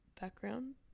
background